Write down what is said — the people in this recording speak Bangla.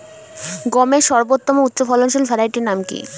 গমের সর্বোত্তম উচ্চফলনশীল ভ্যারাইটি নাম কি?